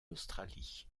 australie